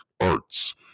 Arts